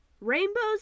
Rainbows